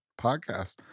podcast